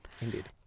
Indeed